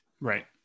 right